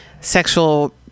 sexual